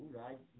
right